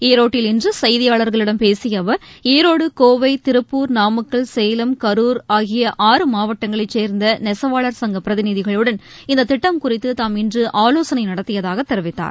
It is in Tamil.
ஈரோட்டில் இன்றுசெய்தியாளர்களிடம் பேசியஅவர் ஈரோடு கோவை திருப்பூர் நாமக்கல் சேலம் கருர் மாவட்டங்களைசேர்ந்தநெசவாளர் சங்கபிரதிநிதிகளுடன் இந்ததிட்டம் ஆகிய ஆறு குறித்துதாம் இன்றுஆலோசனைநடத்தியதாகதெரிவித்தார்